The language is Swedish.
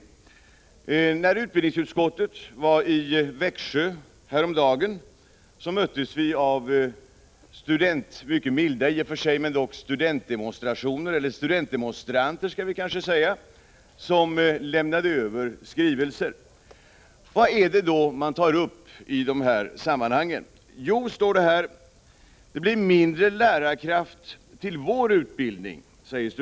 När vi från utbildningsutskottet var i Växjö häromdagen möttes vi av, visserligen mycket milda, studentdemonstranter som lämnade över skrivelser. Vad är det då som tas upp i dessa sammanhang? Jo, studenterna säger att det blir mindre lärarkraft för deras utbildning.